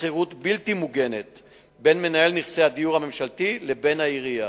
שכירות בלתי מוגנת בין מינהל נכסי הדיור הממשלתי לבין העירייה.